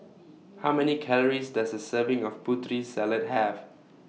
How Many Calories Does A Serving of Putri Salad Have